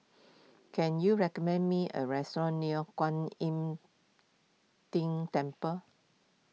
can you recommend me a restaurant near Kwan Im Tng Temple